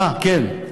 אה, כן,